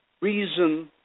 reason